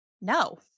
No